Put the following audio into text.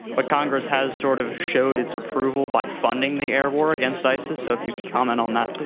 but congress has sort of showed its approval by funding the air war against isis. so if you could comment on that,